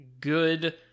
good